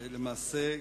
למעשה,